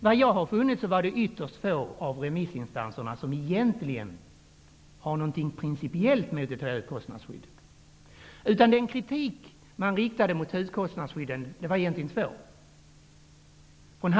Som jag har förstått det var det ytterst få av remissinstanserna som egentligen hade några principiella invändningar mot ett högkostnadsskydd. Den kritik som riktades mot högkostnadsskyddet bestod egentligen av två invändningar.